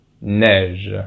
neige